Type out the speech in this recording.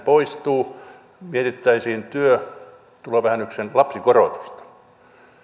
poistuu mietittäisiin työtulovähennyksen lapsikorotusta